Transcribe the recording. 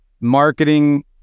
marketing